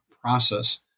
process